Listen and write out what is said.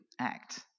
act